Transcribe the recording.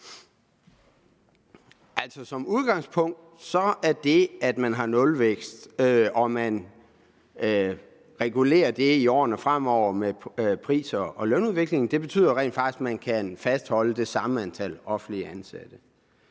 Som udgangspunkt betyder nulvækst og en regulering af den i årene fremover med pris- og lønudviklingen rent faktisk, at man kan have det samme antal offentligt ansatte.